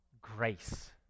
grace